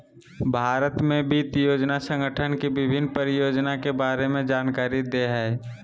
भारत में वित्त योजना संगठन के विभिन्न परियोजना के बारे में जानकारी दे हइ